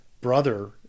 brother